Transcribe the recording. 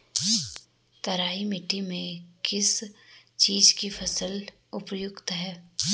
तराई मिट्टी में किस चीज़ की फसल उपयुक्त है?